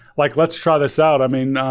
like let's try this out. i mean,